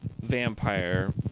vampire